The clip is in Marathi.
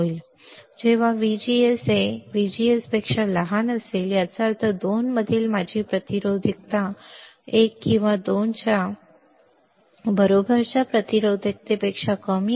आता जेव्हा VGS VGS सुद्धा याचा अर्थ 2 मधील माझी प्रतिरोधकता 1 किंवा R2 R1 बरोबरच्या प्रतिरोधकतेपेक्षा कमी आहे